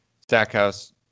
Stackhouse